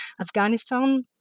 Afghanistan